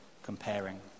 Comparing